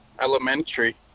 elementary